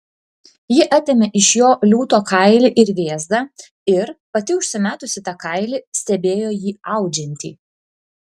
ji atėmė iš jo liūto kailį ir vėzdą ir pati užsimetusi tą kailį stebėjo jį audžiantį